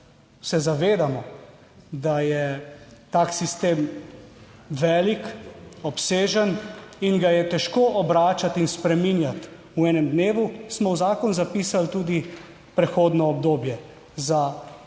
se zavedamo, da je tak sistem velik, obsežen in ga je težko obračati in spreminjati v enem dnevu, smo v zakon zapisali tudi prehodno obdobje za podobne